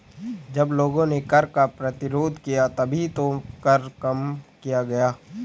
जब लोगों ने कर का प्रतिरोध किया तभी तो कर कम किया गया